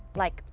like,